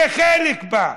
יהיה חלק בה.